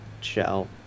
shell